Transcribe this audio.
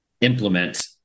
implement